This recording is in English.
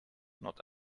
not